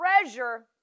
treasure